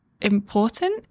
important